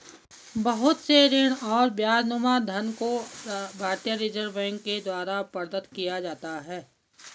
बहुत से ऋण और ब्याजनुमा धन को भारतीय रिजर्ब बैंक के द्वारा प्रदत्त किया जाता है